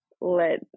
let